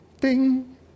Ding